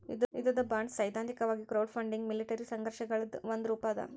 ಯುದ್ಧದ ಬಾಂಡ್ಸೈದ್ಧಾಂತಿಕವಾಗಿ crowdfunding military ಸಂಘರ್ಷಗಳದ್ ಒಂದ ರೂಪಾ ಅದ